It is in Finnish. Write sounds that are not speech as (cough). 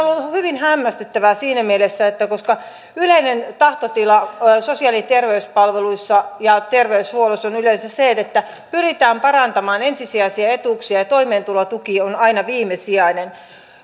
(unintelligible) on ollut hyvin hämmästyttävää siinä mielessä että yleinen tahtotila sosiaali ja terveyspalveluissa ja terveyshuollossa on yleensä se että pyritään parantamaan ensisijaisia etuuksia ja ja toimeentulotuki on aina viimesijainen